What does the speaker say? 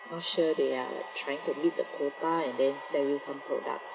no sure they are trying to meet the quota and then sell you some products